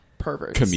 Perverts